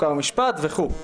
חוקה ומשפט וכו'.